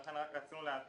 לכן רצינו להבהיר